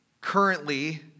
currently